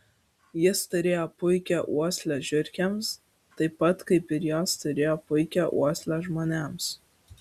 jis turėjo puikią uoslę žiurkėms taip pat kaip ir jos turėjo puikią uoslę žmonėms